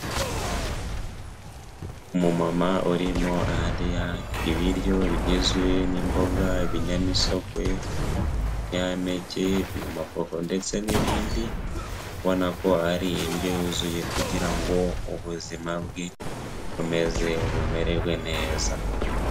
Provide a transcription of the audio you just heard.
Umumama urimo arya ibiryo bigizwe n'imboga, ibinyamisogwe, ibinyampeke, ibinyamafufu, ndetse n'ibindi, ubona ko ari indyo yuzuye kugira ngo ubuzima bwe bukomeze bumererwe neza.